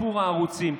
סיפור הערוצים,